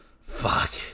Fuck